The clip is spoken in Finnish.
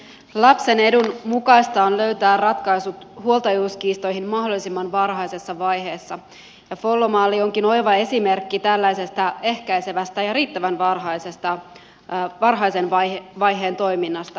lapsen edun mukaista on löytää ratkaisut huoltajuuskiistoihin mahdollisimman varhaisessa vaiheessa ja follo malli onkin oiva esimerkki tällaisesta ehkäisevästä ja riittävän varhaisen vaiheen toiminnasta